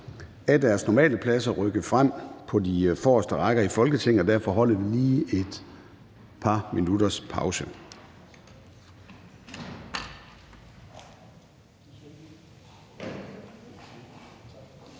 af deres normale pladser og rykke frem på de forreste rækker i Folketingssalen, og derfor holder vi lige et par minutters pause.